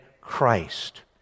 Christ